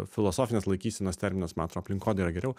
filosofinės laikysenos terminas man atrodo aplinkodaira yra geriau